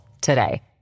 today